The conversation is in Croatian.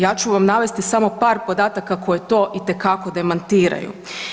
Ja ću vam navesti samo par podataka koji to itekako demantiraju.